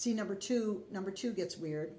number two number two gets weird